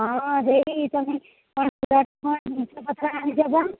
ହଁ ଦେଇ ତମେ କ'ଣ ଜିନିଷ ଆଣିଦେବ